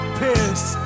piss